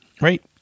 right